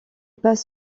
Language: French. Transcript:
passe